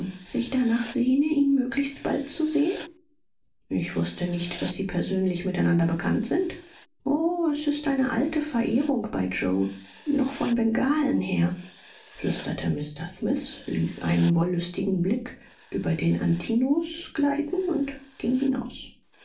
sich danach sehne ihn möglichst bald zu sehen ich wußte nicht daß sie persönlich miteinander bekannt sind o es ist eine alte verehrung bei yoe noch von bengalen her flüsterte mr smith ließ einen wollüstigen blick über den antinous gleiten und ging hinaus